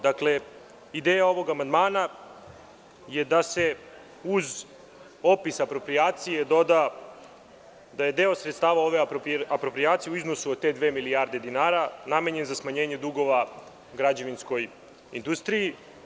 Dakle, ideja ovog amandmana je da se uz opis aproprijacije doda da je deo sredstava ove aproprijacije u iznosu od ta dva miliona dinara namenjen za smanjenje dugova građevinskoj industriji.